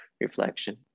reflection